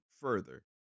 further